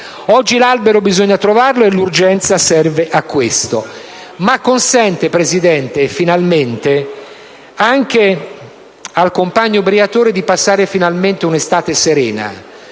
Oggi l'albero bisogna trovarlo e l'urgenza serve a questo, ma consente anche compagno Briatore di passare finalmente un'estate serena,